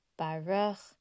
Baruch